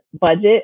budget